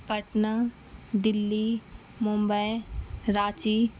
Patna Delhi Mumbai Ranchi